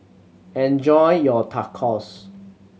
enjoy your Tacos